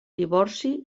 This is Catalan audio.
divorci